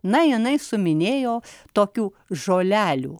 na jinai suminėjo tokių žolelių